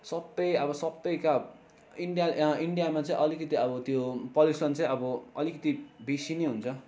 सबै अब सबै क्या इन्डिया इन्डियामा चाहिँ अलिकति अब त्यो पल्युसन चाहिँ अब अलिकति बेसी नै हुन्छ